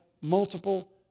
multiple